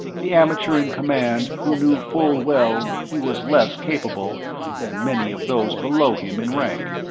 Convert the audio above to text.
the amateur in command who knew full well he was less capable than many of those below him in rank.